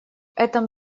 этом